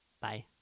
Bye